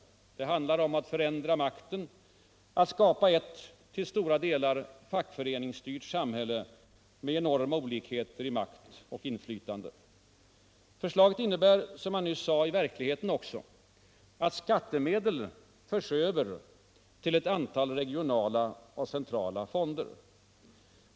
Det handlar om att förändra makten, att skapa ewt till stora delar fackföreningsstyrt samhälle med enorma olikheter i makt och inflytande. Förslaget innebär, som jag nyss sade, i verkligheten också att skattemedel förs över till ett antal regionala och centrala fonder.